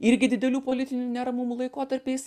irgi didelių politinių neramumų laikotarpiais